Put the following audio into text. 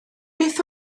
beth